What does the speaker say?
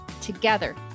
Together